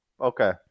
Okay